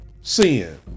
sin